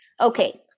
Okay